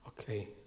Okay